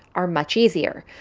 are much easier.